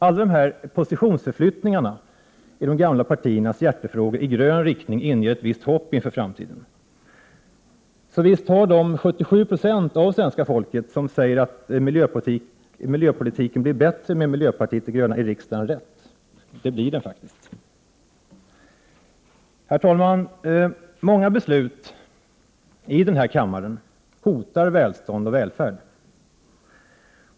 Alla dessa positionsförflyttningar i de gamla partiernas hjärtefrågor i grön riktning inger ett visst hopp inför framtiden. Så visst har de 77 90 av svenska folket som säger att miljöpolitiken blir bättre med miljöpartiet de gröna i riksdagen rätt. Det blir den faktiskt. Herr talman! Många beslut i denna kammare hotar välstånd och välfärd.